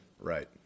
Right